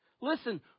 listen